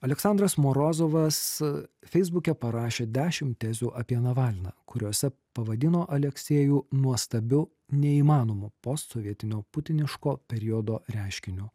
aleksandras morozovas feisbuke parašė dešimt tezių apie navalną kuriose pavadino aleksejų nuostabiu neįmanomu postsovietinio putiniško periodo reiškiniu